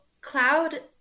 Cloud